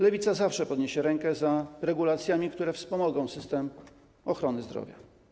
Lewica zawsze podniesie rękę za regulacjami, które wspomogą system ochrony zdrowia.